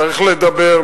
צריך לדבר,